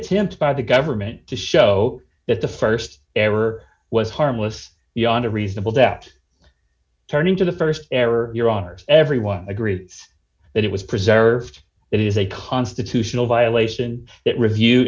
attempt by the government to show that the st error was harmless beyond a reasonable doubt turning to the st error your honor everyone agrees that it was preserved that is a constitutional violation that review